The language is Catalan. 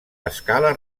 escala